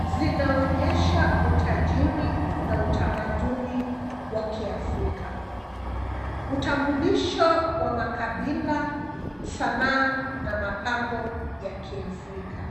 zinaonyesha utajiri na utamaduni wa kiafrika. Utambulisho wa makabila, sanaa na mapambo ya kiafrika.